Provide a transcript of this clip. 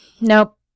Nope